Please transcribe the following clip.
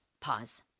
Pause